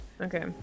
okay